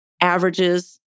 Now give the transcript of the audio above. averages